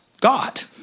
God